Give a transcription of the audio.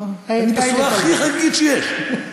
אני בצורה הכי חגיגית שיש.